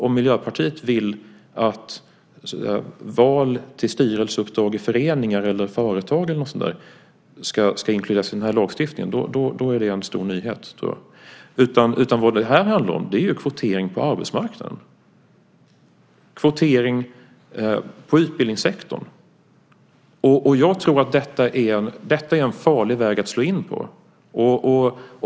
Om Miljöpartiet vill att val till styrelseuppdrag i föreningar eller företag ska inkluderas i den här lagstiftningen är det en stor nyhet. Vad detta handlar om är kvotering på arbetsmarknaden och i utbildningssektorn. Jag tror att detta är en farlig väg att slå in på.